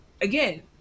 again